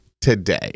today